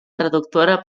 traductora